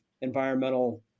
environmental